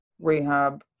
rehab